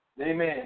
Amen